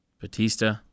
Batista